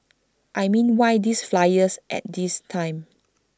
I mean why these flyers at this time